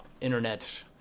internet